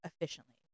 efficiently